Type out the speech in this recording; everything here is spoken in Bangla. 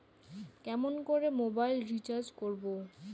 কেমন করে মোবাইল রিচার্জ করা য়ায়?